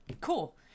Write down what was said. Cool